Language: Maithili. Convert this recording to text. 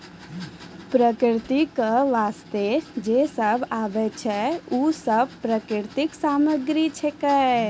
प्रकृति क वास्ते जे सब आबै छै, उ सब प्राकृतिक सामग्री छिकै